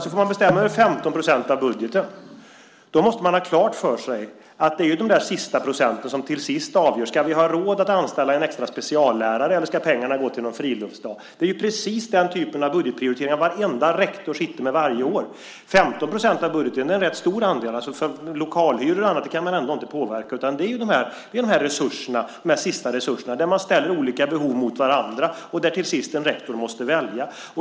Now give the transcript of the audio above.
Om de ska få bestämma över 15 % av budgeten måste vi ha klart för oss att det är de sista procenten som till sist avgör om skolan har råd att anställa en extra speciallärare eller om pengarna ska gå till en friluftsdag. Det är precis den typen av budgetprioriteringar varenda rektor sitter med varje år. 15 % av budgeten är en rätt stor andel. Lokalhyrorna och annat kan man ändå inte påverka. Det avgörande är de sista resurserna där man ställer de olika behoven mot varandra och där till sist en rektor måste välja.